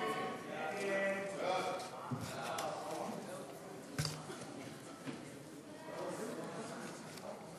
חוק סדר הדין הפלילי (חקירת חשודים) (תיקון מס' 8),